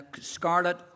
scarlet